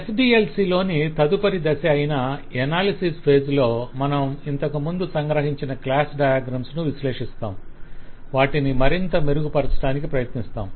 SDLC లోని తదుపరి దశ అయిన ఎనాలిసిస్ ఫేజ్ లో మనం ఇంతకుముందు సంగ్రహించిన క్లాస్ డయాగ్రమ్స్ ను విశ్లేషిస్తాము వాటిని మరింత మెరుగుపరచడానికి ప్రయత్నిస్తాము